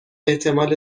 احتمال